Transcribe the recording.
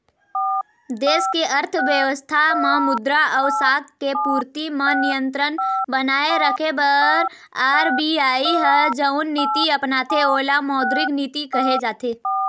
देस के अर्थबेवस्था म मुद्रा अउ साख के पूरति म नियंत्रन बनाए रखे बर आर.बी.आई ह जउन नीति अपनाथे ओला मौद्रिक नीति कहे जाथे